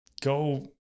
go